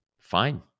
fine